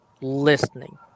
listening